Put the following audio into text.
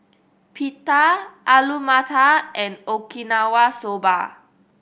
Pita Alu Matar and Okinawa Soba